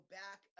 back